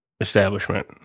establishment